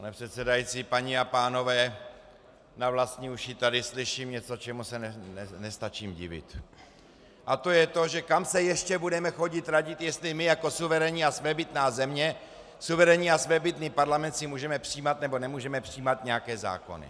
Pane předsedající, paní a pánové, na vlastní uši tady slyším něco, čemu se nestačím divit, a to je to, že kam se ještě budeme chodit radit, jestli my jako suverénní a svébytná země, suverénní a svébytný parlament si můžeme přijímat, nebo nemůžeme přijímat nějaké zákony.